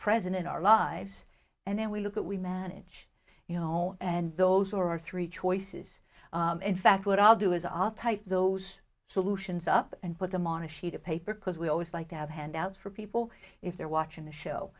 present in our lives and then we look at we manage you know and those who are three choices in fact what i'll do is all type those solutions up and put them on a sheet of paper because we always like to have handouts for people if they're watching the show